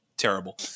terrible